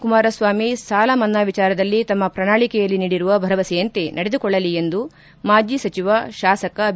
ಕುಮಾರಸ್ವಾಮಿ ಸಾಲ ಮನ್ನಾ ವಿಚಾರದಲ್ಲಿ ತಮ್ಮ ಪ್ರಣಾಳಕೆಯಲ್ಲಿ ನೀಡಿರುವ ಭರವಸೆಯಂತೆ ನಡೆದುಕೊಳ್ಳಲಿ ಎಂದು ಮಾಜಿ ಸಚಿವ ಶಾಸಕ ಬಿ